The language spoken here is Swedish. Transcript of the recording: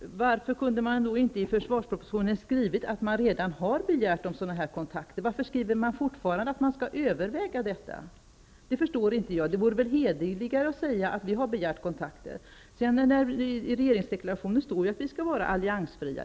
Herr talman! Varför kunde man inte i försvarspropositionen ha skrivit att man redan har begärt sådana här kontakter? Varför skriver man fortfarande att man skall överväga saken? Detta förstår inte jag. Det vore väl hederligare att säga att vi har begärt kontakter. I regeringsdeklarationen står det vidare att vi skall vara alliansfria.